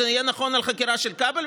זה יהיה נכון על חקירה של כבל,